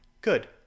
Good